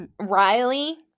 Riley